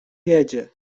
jedzie